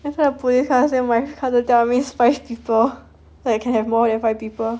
later the police come and say my cousin tell me it's five people like you can have more than five people